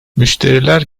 müşteriler